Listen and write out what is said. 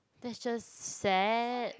that's just sad